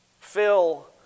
fill